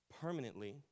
permanently